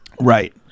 Right